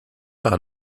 par